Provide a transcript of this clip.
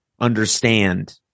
understand